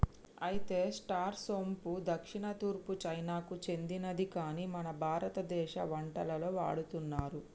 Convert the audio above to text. అయితే స్టార్ సోంపు దక్షిణ తూర్పు చైనాకు సెందినది కాని మన భారతదేశ వంటలలో వాడుతున్నారు